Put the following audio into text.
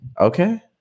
Okay